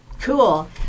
Cool